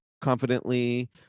confidently